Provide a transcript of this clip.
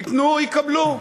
ייתנו, יקבלו.